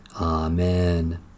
Amen